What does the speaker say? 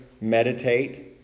meditate